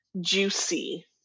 juicy